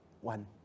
one